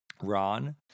Ron